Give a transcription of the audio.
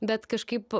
bet kažkaip